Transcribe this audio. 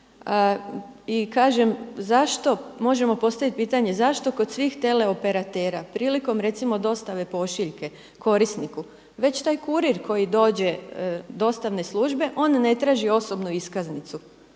podacima. I možemo postaviti pitanje, zašto kod svih teleoperatera prilikom recimo dostave pošiljke korisniku već taj kurir koji dođe dostavne službe on ne traži osobnu iskaznicu,